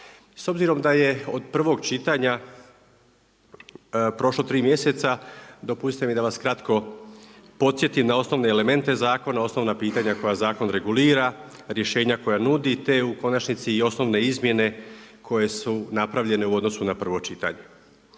S obzirom da je od prvog čitanja prošlo 3 mjeseca, dopustite mi da vas kratko podsjetim na osnovne elemente zakona, osnovna pitanja koja zakon regulira, rješenja koja nudi, te u konačnici i osnovne izmjene koje su napravljene u odnosu na prvo čitanje.